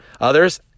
others